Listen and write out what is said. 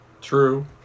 True